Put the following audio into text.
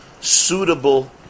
suitable